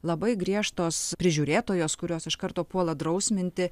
labai griežtos prižiūrėtojos kurios iš karto puola drausminti